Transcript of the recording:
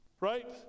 Right